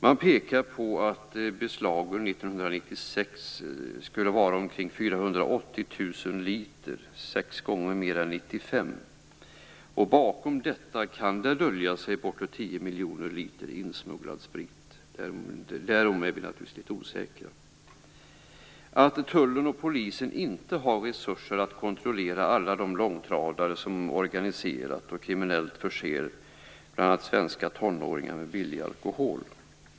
Man pekar på att beslagen under 1996 skulle ha uppgått till 480 000 liter, vilket är sex gånger mer än under 1995. Bakom detta kan döljas uppemot 10 miljoner liter insmugglad sprit. Därom är det naturligtvis litet osäkert. Vidare har inte Tullen och Polisen resurser att kontrollera alla de långtradare som organiserat och kriminellt förser bl.a. svenska tonåringar med billig alkohol.